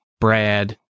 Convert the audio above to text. Brad